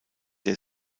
der